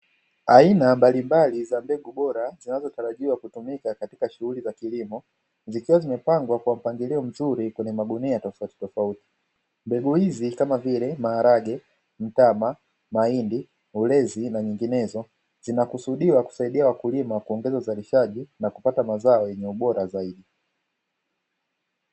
Aina mbalimbali za mbegu bora zinazotarajiwa kutumika katika shughuli za kilimo, zikiwa zimepangwa kwa mpangilio mzuri kwenye magunia tofautitofauti. Mbegu hizi ni kama vile: maharage, mtama, mahindi, ulezi, na nyinginezo, zinakusudiwa kusaidia wakulima kuongeza uzalisaji na kupata mazao yenye ubora zaidi.